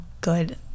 good